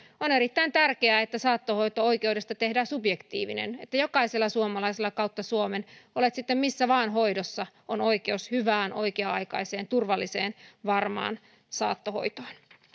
on erittäin tärkeää että saattohoito oikeudesta tehdään subjektiivinen että jokaisella suomalaisella kautta suomen olet sitten missä vain hoidossa on oikeus hyvään oikea aikaiseen turvalliseen varmaan saattohoitoon